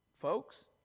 Folks